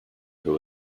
who